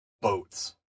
boats